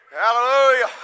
Hallelujah